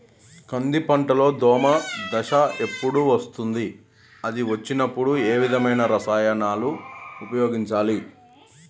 కంది పంటలో దోమ దశ ఎప్పుడు వస్తుంది అది వచ్చినప్పుడు ఏ విధమైన రసాయనాలు ఉపయోగించాలి?